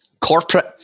Corporate